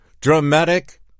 Dramatic